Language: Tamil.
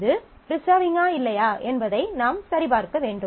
இது ப்ரிசர்விங்கா இல்லையா என்பதை நாம் சரிபார்க்க வேண்டும்